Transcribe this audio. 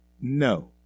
No